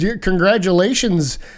congratulations